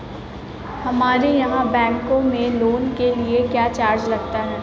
हमारे यहाँ बैंकों में लोन के लिए क्या चार्ज लगता है?